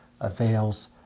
avails